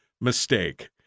mistake